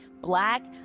black